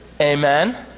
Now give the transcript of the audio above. Amen